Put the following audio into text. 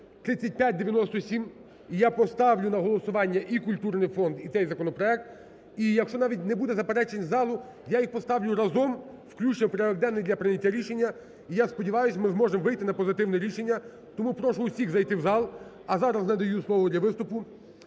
3597. І я поставлю на голосування і культурний фонд, і цей законопроект. І, якщо навіть не буде заперечень залу, я їх поставлю разом включно в порядок денний для прийняття рішення, і я сподіваюсь, ми зможемо вийти на позитивне рішення. Тому прошу усіх зайти в зал. А зараз надаю слово для виступу